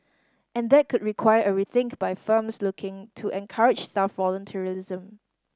and that could require a rethink by firms looking to encourage staff volunteerism